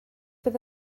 fydd